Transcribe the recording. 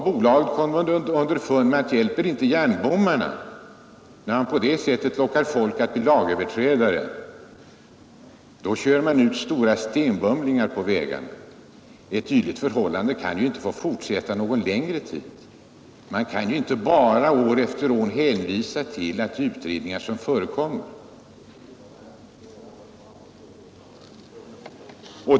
Bolagen har också, när järnbommarna inte hjälpt, lockat folk att bli lagöverträdare, kört ut stora stenbumlingar på vägarna. Ett dylikt förhållande kan inte få råda någon längre tid. Man kan inte år efter år bara hänvisa till att det pågår utredningar.